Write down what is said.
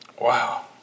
wow